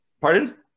Pardon